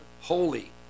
holy